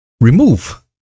remove